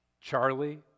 Charlie